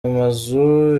amazu